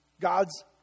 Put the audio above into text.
God's